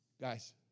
Guys